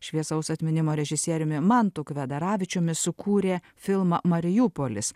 šviesaus atminimo režisieriumi mantu kvedaravičiumi sukūrė filmą mariupolis